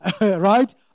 Right